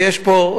יש פה,